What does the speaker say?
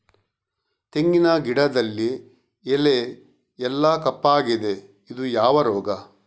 ತೆಂಗಿನ ಗಿಡದಲ್ಲಿ ಎಲೆ ಎಲ್ಲಾ ಕಪ್ಪಾಗಿದೆ ಇದು ಯಾವ ರೋಗ?